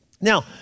Now